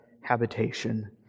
habitation